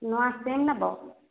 ନୂଆ ସିମ୍ ନେବ